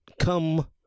come